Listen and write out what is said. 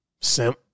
Simp